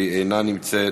והיא אינה נמצאת,